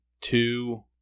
two